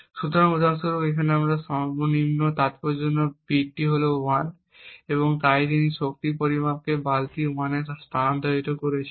সুতরাং উদাহরণস্বরূপ এখানে সর্বনিম্ন তাৎপর্যপূর্ণ বিট হল 1 এবং তাই তিনি এই শক্তি পরিমাপটিকে বালতি 1 এ স্থানান্তর করবেন